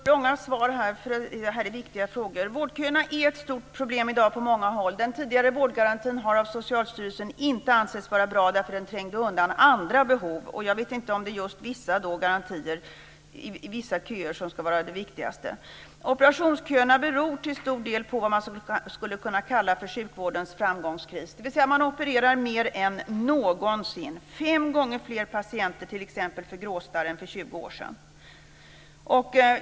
Fru talman! Detta är viktiga frågor. Vårdköerna är ett stort problem i dag på många håll. Den tidigare vårdgarantin har av Socialstyrelsen inte ansetts vara bra, därför att den trängde undan andra behov. Och jag vet inte om vissa behov ska vara viktigare än andra. Operationsköerna beror till stor del på vad man skulle kunna kalla för sjukvårdens framgångskris, dvs. att man opererar mer än någonsin. T.ex. opereras fem gånger fler patienter för gråstarr nu än för 20 år sedan.